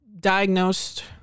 diagnosed